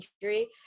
injury